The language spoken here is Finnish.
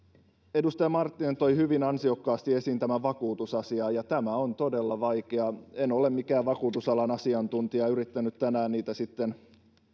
edustaja marttinen toi hyvin ansiokkaasti esiin tämän vakuutusasian ja tämä on todella vaikea en ole mikään vakuutusalan asiantuntija ja yrittänyt tänään niitä sitten